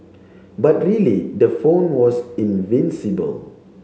but really the phone was invincible